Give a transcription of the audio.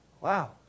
wow